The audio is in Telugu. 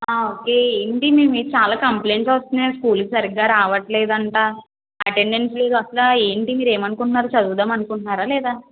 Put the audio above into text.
ఓకే ఏంటి మీ మీద చాలా కంప్లైంట్స్ వస్తున్నాయి స్కూల్కి సరిగ్గా రావట్లేదు అంట అటెండెన్స్ లేదు అసలు ఏంటి మీరేమనుకుంటున్నారు మీరు అసలు చదువుదాము అనుకుంటున్నారా లేదా